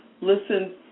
listen